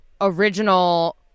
original